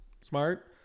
smart